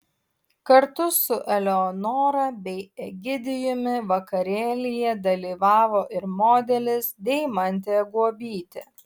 kartu su eleonora bei egidijumi vakarėlyje dalyvavo ir modelis deimantė guobytė